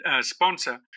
sponsor